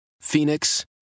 Phoenix